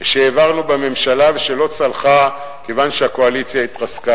שהעברנו לממשלה ולא צלחה כיוון שהקואליציה התרסקה.